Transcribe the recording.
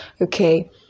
Okay